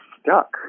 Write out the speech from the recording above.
stuck